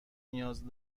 نیاز